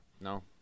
No